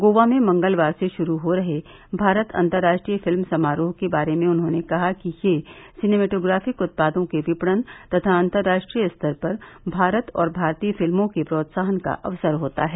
गोवा में मंगलवार से शुरू हो रहे भारत अंतर्राष्ट्रीय फिल्म समारोह के बारे में उन्होंने कहा कि यह सिनेमैटोग्राफिक उत्पादों के विपणन तथा अंतर्राष्ट्रीय स्तर पर भारत और भारतीय फिल्मों के प्रोत्साहन का अवसर होता है